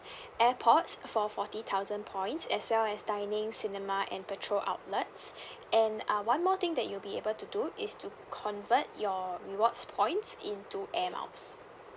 airpods for forty thousand points as well as dining cinema and petrol outlets and uh one more thing that you'll be able to do is to convert your rewards points in to air miles